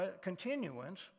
continuance